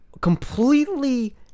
completely